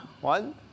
One